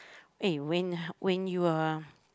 eh when when you are